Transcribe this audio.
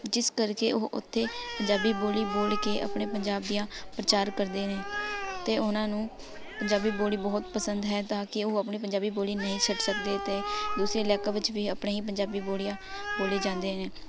ਜਿਸ ਕਰਕੇ ਉਹ ਉੱਥੇ ਪੰਜਾਬੀ ਬੋਲੀ ਬੋਲ ਕੇ ਆਪਣੇ ਪੰਜਾਬੀ ਦੀਆਂ ਪ੍ਰਚਾਰ ਕਰਦੇ ਨੇ ਅਤੇ ਉਹਨਾਂ ਨੂੰ ਪੰਜਾਬੀ ਬੋਲੀ ਬਹੁਤ ਪਸੰਦ ਹੈ ਤਾਂ ਕਿ ਉਹ ਆਪਣੀ ਪੰਜਾਬੀ ਬੋਲੀ ਨਹੀਂ ਛੱਡ ਸਕਦੇ ਅਤੇ ਦੂਸਰੇ ਇਲਾਕਿਆਂ ਵਿੱਚ ਵੀ ਆਪਣੇ ਹੀ ਪੰਜਾਬੀ ਬੋਲ਼ੀਆਂ ਬੋਲੀ ਜਾਂਦੇ ਨੇ